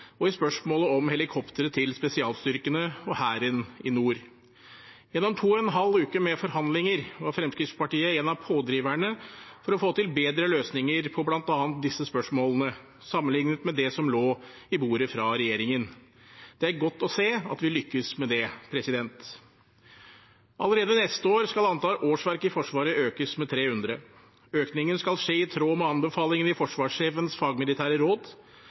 og i spørsmålet om helikoptre til spesialstyrkene og Hæren i nord. Gjennom to og en halv uke med forhandlinger var Fremskrittspartiet en av pådriverne for å få til bedre løsninger på bl.a. disse spørsmålene, sammenlignet med det som lå på bordet fra regjeringen. Det er godt å se at vi lyktes med det. Allerede neste år skal antall årsverk i Forsvaret økes med 300. Økningen skal skje i tråd med anbefalingene i Forsvarssjefens fagmilitære råd.